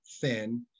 thin